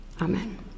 Amen